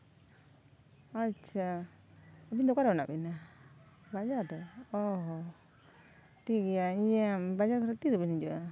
ᱟᱪᱪᱷᱟ ᱟᱵᱤᱱ ᱫᱚ ᱚᱠᱟᱨᱮ ᱢᱮᱱᱟᱜ ᱵᱤᱱᱟ ᱵᱟᱡᱟᱨ ᱨᱮ ᱚ ᱦᱚᱦᱚ ᱴᱷᱤᱠᱜᱮᱭᱟ ᱤᱭᱟᱹ ᱵᱟᱡᱟᱨ ᱠᱷᱚᱱᱟᱜ ᱛᱤᱨᱮᱵᱮᱱ ᱦᱤᱡᱩᱜᱼᱟ